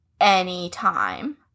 anytime